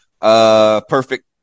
Perfect